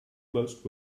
most